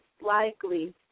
likely